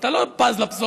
אז אתה לא בז לפסולת.